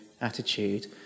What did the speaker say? attitude